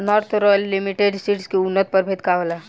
North royal limited seeds के उन्नत प्रभेद का होला?